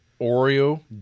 Oreo